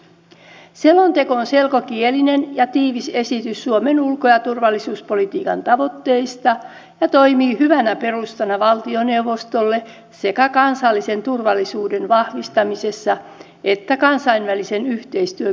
selonteko on selkokielinen ja tiivis esitys suomen ulko ja turvallisuuspolitiikan tavoitteista ja toimii hyvänä perustana valtioneuvostolle sekä kansallisen turvallisuuden vahvistamisessa että kansainvälisen yhteistyön kehittämisessä